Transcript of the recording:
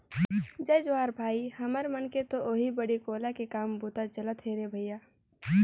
जय जोहार भाई, हमर मन के तो ओहीं बाड़ी कोला के काम बूता चलत हे रे भइया